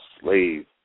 slave